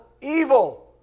evil